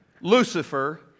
Lucifer